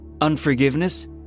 unforgiveness